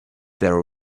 there